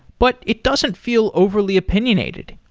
but it doesn't feel overly opinionated.